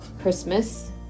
Christmas